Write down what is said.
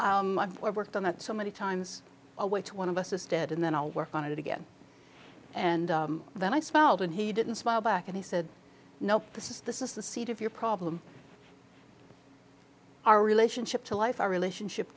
or worked on that so many times away to one of us instead and then i'll work on it again and then i smiled and he didn't smile back and he said no this is this is the seed of your problem our relationship to life our relationship